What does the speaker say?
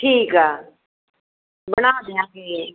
ਠੀਕ ਆ ਬਣਾ ਦਿਆਂਗੇ